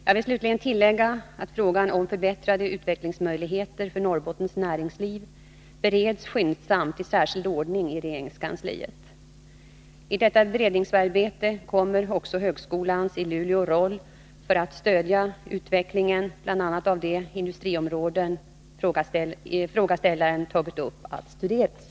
Jag vill slutligen tillägga att frågan om förbättrade utvecklingsmöjligheter för Norrbottens näringsliv bereds skyndsamt i särskild ordning inom regeringskansliet. I detta beredningsarbete kommer också högskolans i Luleå roll för att stödja utvecklingen av bl.a. de industriområden frågeställaren tagit upp att studeras.